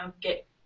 get